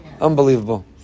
Unbelievable